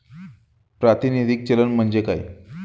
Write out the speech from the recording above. प्रातिनिधिक चलन म्हणजे काय?